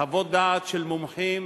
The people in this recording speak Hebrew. חוות דעת של מומחים,